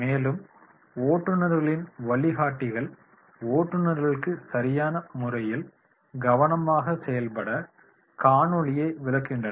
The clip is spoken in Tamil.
மேலும் ஓட்டுநர்களின் வழிகாட்டிகள் ஓட்டுநர்களுக்கு சரியான முறையில் கவனமாக செயல்பட காணொளியை விளக்குகின்றனர்